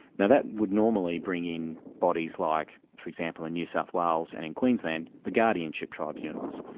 now that would normally bring in bodies like for example, in new south wales and in queensland, the guardianship tribunals.